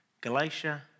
Galatia